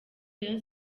rayon